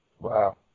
wow